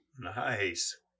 Nice